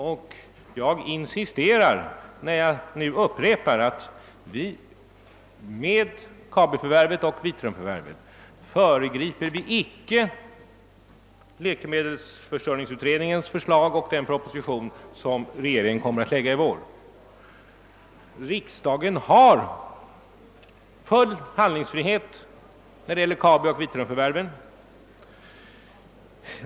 Och jag insisterar på och upprepar att vi inte med Kabioch Vitrumförvärven föregriper läkemedelsförsörjningsutredningens förslag och den proposition som regeringen kommer att lägga fram i vår. Riksdagen har full handlingsfrihet när det gäller Kabioch Vitrumförvärven.